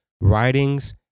writings